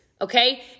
Okay